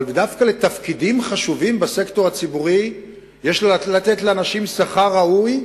אבל דווקא בתפקידים חשובים בסקטור הציבורי יש לתת לאנשים שכר ראוי,